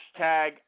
hashtag